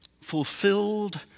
fulfilled